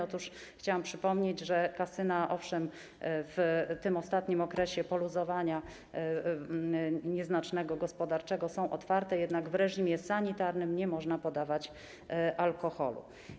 Otóż chciałam przypomnieć, że kasyna, owszem, w tym ostatnim okresie nieznacznego poluzowania gospodarczego są otwarte, jednak w reżimie sanitarnym nie można podawać alkoholu.